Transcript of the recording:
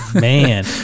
Man